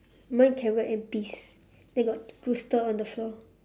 mine carrot and peas then got rooster on the floor